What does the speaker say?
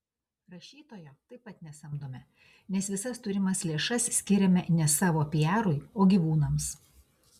rašytojo taip pat nesamdome nes visas turimas lėšas skiriame ne savo piarui o gyvūnams